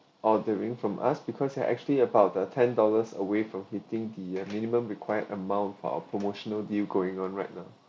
ordering from us because they are actually about the ten dollars away from hitting the minimum required amount for our promotional deal going on right now